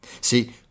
See